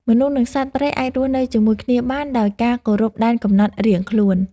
មនុស្ស និងសត្វព្រៃអាចរស់នៅជាមួយគ្នាបានដោយការគោរពដែនកំណត់រៀងខ្លួន។